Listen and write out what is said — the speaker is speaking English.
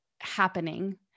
happening